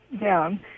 down